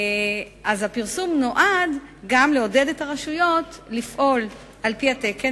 הפרסום נועד גם לעודד את הרשויות לפעול על-פי התקן